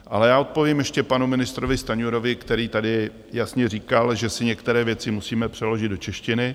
Ale já odpovím ještě panu ministrovi Stanjurovi, který tady jasně říkal, že si některé věci musíme přeložit do češtiny.